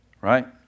right